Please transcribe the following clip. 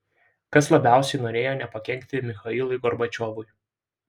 kas labiausiai norėjo nepakenkti michailui gorbačiovui